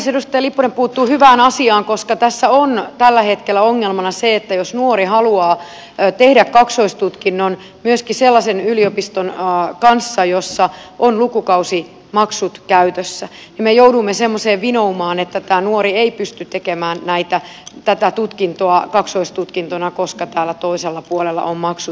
edustaja lipponen puuttui hyvään asiaan koska tässä on tällä hetkellä ongelmana se että jos nuori haluaa tehdä kaksoistutkinnon myöskin sellaisen yliopiston kanssa jossa on lukukausimaksut käytössä niin me joudumme semmoiseen vinoumaan että tämä nuori ei pysty tekemään tätä tutkintoa kaksoistutkintona koska toisella puolella on maksut käytössä